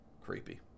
Creepy